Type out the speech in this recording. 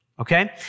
okay